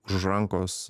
už rankos